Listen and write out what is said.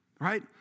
right